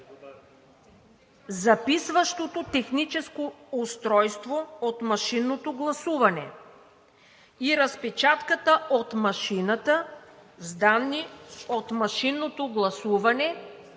записващото техническо устройство от машинното гласуване и разпечатката от машината с данните от машинното гласуване“